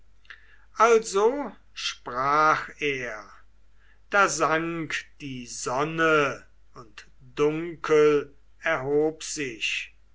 also sprach er da sank die sonne und dunkel erhob sich